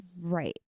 Right